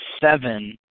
seven